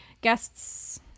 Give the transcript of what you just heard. Guests